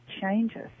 changes